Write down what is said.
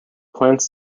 plants